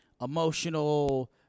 emotional